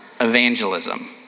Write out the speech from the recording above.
evangelism